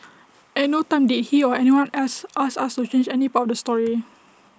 at no time did he or anyone else ask us to change any part of the story